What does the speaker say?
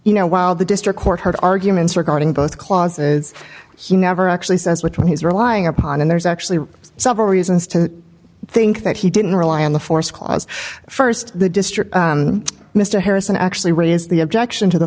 you know while the district court heard arguments regarding both clauses he never actually says which one he's relying upon and there's actually several reasons to think that he didn't rely on the force clause first the district mr harrison actually what is the objection to the